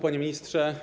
Panie Ministrze!